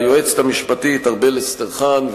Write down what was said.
ליועצת המשפטית ארבל אסטרחן,